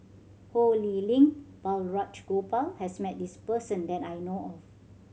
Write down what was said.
Ho Lee Ling and Balraj Gopal has met this person that I know of